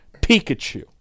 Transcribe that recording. Pikachu